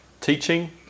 Teaching